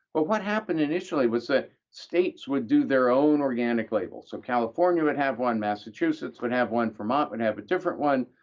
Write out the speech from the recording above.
but what happened initially was that states would do their own organic labels, so california would have one. massachusetts would have one. vermont would have a different one,